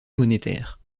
monétaire